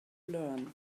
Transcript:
learn